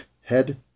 head